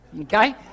okay